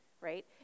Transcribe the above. right